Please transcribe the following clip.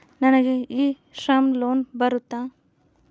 ನನಗೆ e Shram loan ಬರುತ್ತಾ?